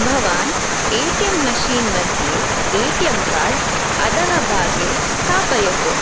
भवान् A T M machine मध्ये A T M card अधः भागे स्थापयतु